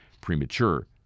premature